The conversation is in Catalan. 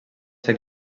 ser